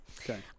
okay